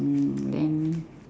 mm then